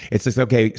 it's just, okay,